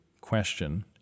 question